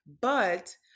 but-